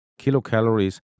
kilocalories